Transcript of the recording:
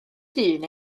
dyn